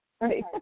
right